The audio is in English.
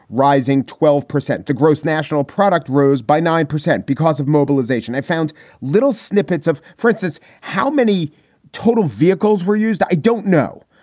rising twelve percent to gross national product rose by nine percent because of mobilization. i found little snippets of francis. how many total vehicles were used? i don't know.